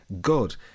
God